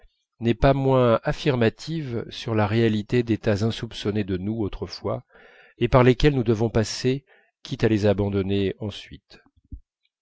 n'est pas moins affirmative sur la réalité d'états insoupçonnés de nous autrefois et par lesquels nous devons passer quitte à les abandonner ensuite